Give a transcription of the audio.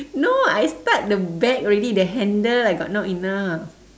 no I start the bag already the handle I got not enough